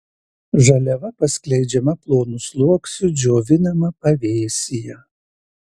žaliava paskleidžiama plonu sluoksniu džiovinama pavėsyje